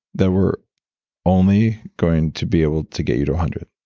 that we're only going to be able to get you to a hundred?